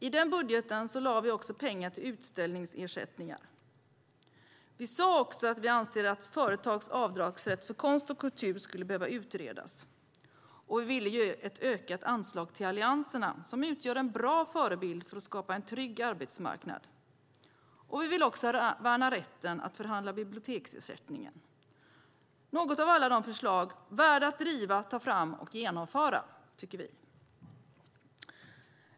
I budgeten avsatte vi också pengar till utställningsersättningar. Vi sade också att vi anser att företags avdragsrätt för konst och kultur skulle behöva utredas. Vi ville ge ökat anslag till allianserna som utgör en bra förebild för att skapa en trygg arbetsmarknad. Vi vill även värna rätten att förhandla biblioteksersättningen. Detta är några av alla de förslag som vi tycker är värda att driva, ta fram och genomföra.